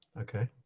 Okay